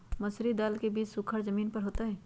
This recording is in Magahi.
मसूरी दाल के बीज सुखर जमीन पर होतई?